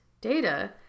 data